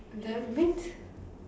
that means